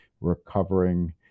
recovering